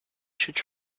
should